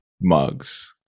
mugs